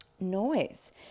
Noise